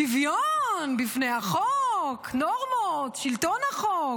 שוויון בפני החוק, נורמות, שלטון החוק,